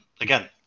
again